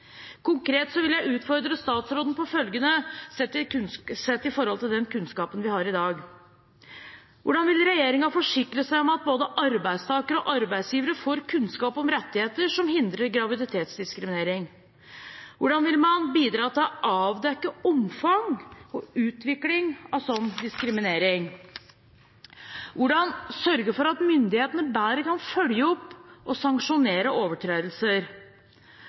vil jeg utfordre statsråden på følgende, sett i lys av den kunnskapen vi har i dag: Hvordan vil regjeringen forsikre seg om at både arbeidstakere og arbeidsgivere får kunnskap om rettigheter som hindrer graviditetsdiskriminering? Hvordan vil man bidra til å avdekke omfang og utvikling av slik diskriminering? Hvordan sørge for at myndighetene bedre kan følge opp og sanksjonere overtredelser?